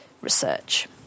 research